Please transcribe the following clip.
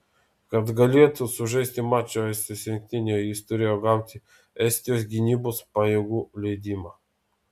kad galėtų sužaisti mačą estijos rinktinėje jis turėjo gauti estijos gynybos pajėgų leidimą